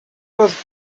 was